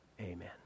Amen